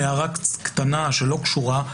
הערה קטנה שלא קשורה.